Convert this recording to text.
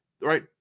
right